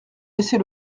laisser